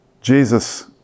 Jesus